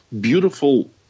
beautiful